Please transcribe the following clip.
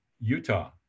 Utah